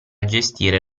gestire